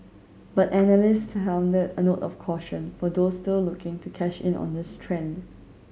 but analysts a note of caution for those still looking to cash in on this trend